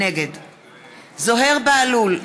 נגד זוהיר בהלול,